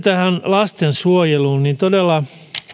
lastensuojeluun